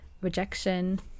rejection